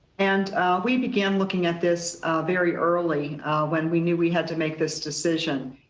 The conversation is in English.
and we began looking at this very early when we knew we had to make this decision.